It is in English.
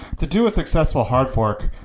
to do a successful hard fork,